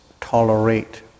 tolerate